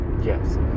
Yes